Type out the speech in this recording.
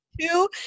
Two